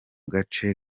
gace